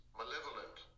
malevolent